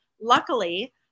Luckily